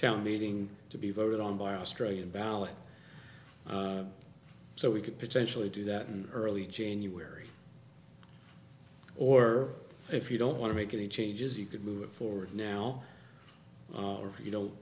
town meeting to be voted on by australian ballot so we could potentially do that in early january or if you don't want to make any changes you could move forward now or you